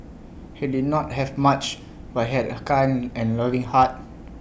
he did not have much but he had A kind and loving heart